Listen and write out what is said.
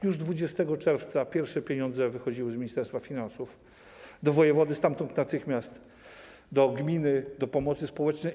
Już 20 czerwca pierwsze pieniądze wyszły z Ministerstwa Finansów do wojewody, stamtąd natychmiast do gminy, do pomocy społecznej.